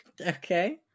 Okay